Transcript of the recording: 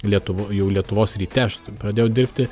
lietuvo jau lietuvos ryte aš pradėjau dirbti